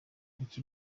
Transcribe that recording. iki